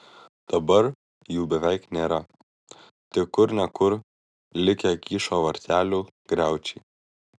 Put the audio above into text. dabar jų beveik nėra tik kur ne kur likę kyšo vartelių griaučiai